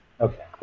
Okay